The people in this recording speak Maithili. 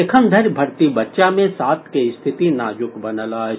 एखन धरि भर्ती बच्चा मे सात के स्थिति नाज़ुक बनल अछि